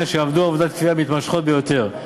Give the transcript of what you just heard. שעבדו עבודות כפייה מתמשכות ביותר.